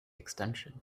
extension